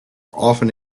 often